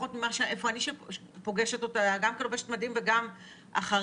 לפחות במקום שאני פוגשת אותה גם כלובשת מדים וגם אחרי,